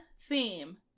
theme